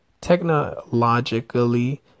Technologically